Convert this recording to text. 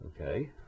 Okay